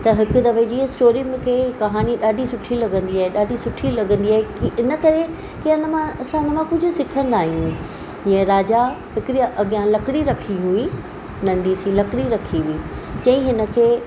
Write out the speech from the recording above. त हिकु दफ़े जीअं स्टोरी मूंखे कहानी ॾाढी सुठी लॻंदी आहे ॾाढी सुठी लॻंदी आहे की इन करे की इन मां असां मानो कुझु सिखंदा आहियूं ईअं राजा हिकड़ी अॻियां लकड़ी रखी हुई नंढी सी लकड़ी रखी हुई चई हिन खे